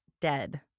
dead